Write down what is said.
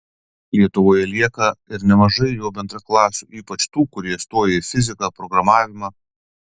lietuvoje lieka ir nemažai jo bendraklasių ypač tų kurie stoja į fiziką programavimą